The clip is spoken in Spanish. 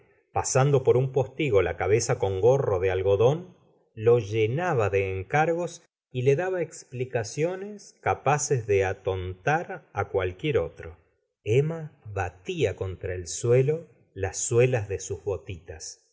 pasando por un postigo la cabeza con gorro de algodón lo llena ba de encargos y le daba explicaciones capaces de atontar á cualquier otro emma batía contra el suelo las suelas de sus